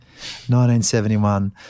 1971